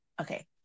okay